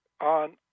on